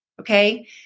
Okay